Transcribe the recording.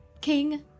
King